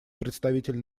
представитель